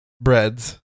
breads